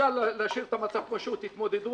אפשר להשאיר את המצב כמו שהוא, תתמודדו.